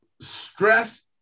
stress